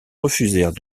refusèrent